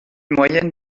moyenne